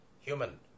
human